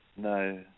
No